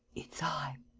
it's i.